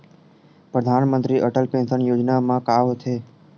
परधानमंतरी अटल पेंशन योजना मा का होथे?